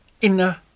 inner